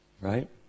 Right